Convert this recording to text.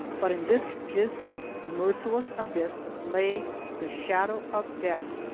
but in this dismal, merciless abyss lay the shadow of death,